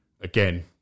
again